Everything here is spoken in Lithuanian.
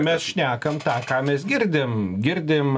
mes šnekam tą ką mes girdim girdim